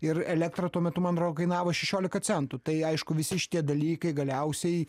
ir elektra tuo metu man ro kainavo šešiolika centų tai aišku visi šitie dalykai galiausiai